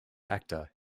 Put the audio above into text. actor